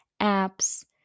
apps